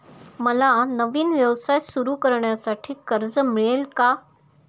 मला नवीन व्यवसाय सुरू करण्यासाठी कर्ज मिळेल का?